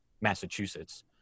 massachusetts